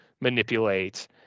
manipulate